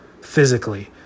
physically